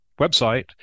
website